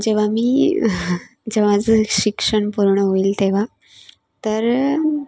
जेव्हामी जेवा माझं शिक्षण पूर्ण होईल तेव्हा तर